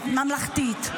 ממלכתית.